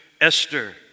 Esther